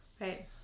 Right